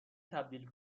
تبدیل